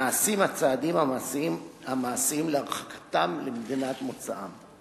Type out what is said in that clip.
נעשים הצעדים המעשיים להרחקתם למדינת מוצאם.